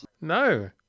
No